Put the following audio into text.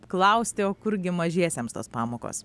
klausti o kurgi mažiesiems tos pamokos